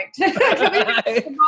perfect